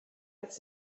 als